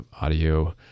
audio